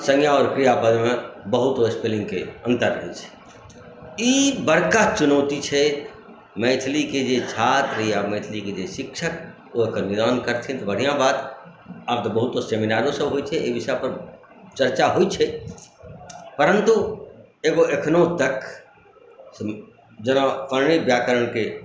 संज्ञा आओर क्रियापदमे बहुतो स्पेलिङ्गके अन्तर रहैत छै ई बड़का चुनौती छै मैथिलीके जे छात्र या मैथिलीके जे शिक्षक ओ एकर निदान करथिन तऽ बढ़िआँ बात आब तऽ बहुतो सेमिनारोसब होइ छै एहि विषयपर चर्चा होइ छै परन्तु एगो एखनहु तक जेना अनेक व्याकरणके